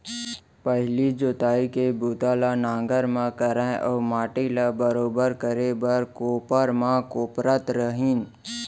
पहिली जोतई के बूता ल नांगर म करय अउ माटी ल बरोबर करे बर कोपर म कोपरत रहिन